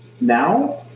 Now